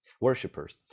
worshippers